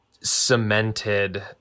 cemented